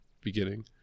beginning